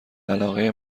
علاقه